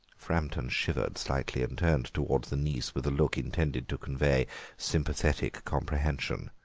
framton shivered slightly and turned towards the niece with a look intended to convey sympathetic comprehension.